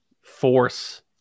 force